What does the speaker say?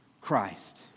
Christ